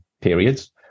periods